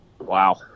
Wow